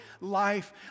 life